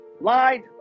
lied